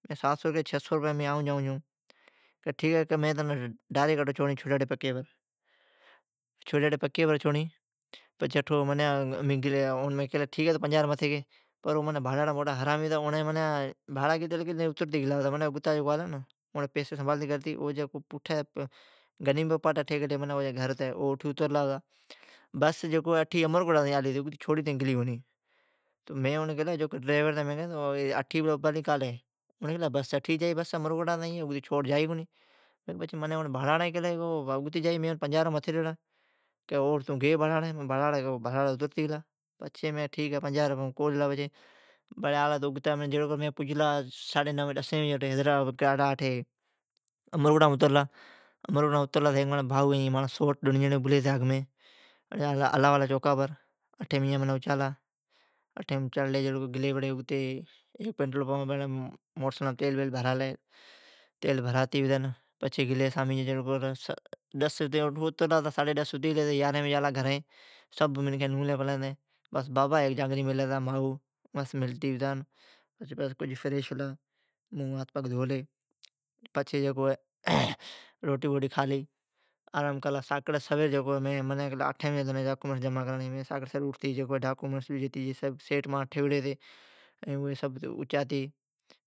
مین کیلی7سئو رپئیم 6 سو رپئیم امین آئون جئون چھون، اوڑین کیلی مین تنین ڈاریک چھوڑیاڑی پکیم چھوڑین۔ تو مین کیلی 50روپیا متھی گی اوڑین کیلی ھیک ہے۔ بڑ بھاڑی آڑا موٹا حرامی ھتا او اٹھی اترلا پتا ۔ او جی غنی پمپاٹ گھر ھتی او اترتی گلا پتا۔ بس جکو ھی اٹھی نامرکوٹا تائین آلی ھتی اگتی چھوڑی سامین گلی کونی۔ مین او ڈری وران کیلی بس اٹھی کان روکلی کیلی ھا بس اگتی کونی جا، مین اون کیلی بھاڑاڑی مانٹھ چھوڑی تائین جا بھاڑا گیلا۔ اوڑین بھاڑا پوٹھا کونی ڈیلا۔ مین 10 بجی آھوریاڑی پکیم پجلا۔ مانجی سوٹ ائین بھائو ابھلی ھتی اللہ چونکا بر پچھی امین تیل بیل بھرالی۔11 بجی آلا گھرین بابا مائو جاگنی بیلین ھتین ڈجین سبھ نولین ھتین۔ ملتی اوا ھاتھ پگ دھولی فریش ھلا ھاتھ روٹی بوٹی کھالی منین کیلی تنین ساکڑی سویر اوٹھتی ڈاکیومینٹ ڈجی جمع کراڑین ھی۔ مین ساکڑی سویر اوٹھتی ڈاکیومینٹ ٹھالی ائین اوی سبھ اچاتی،